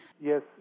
Yes